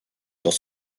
dans